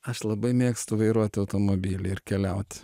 aš labai mėgstu vairuot automobilį ir keliauti